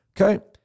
Okay